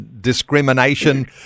discrimination